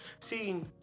See